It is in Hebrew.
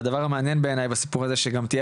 והדבר המעניין בעיניי בסיפור הזה שגם תהיה